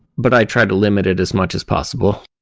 but i try to limit it is much as possible.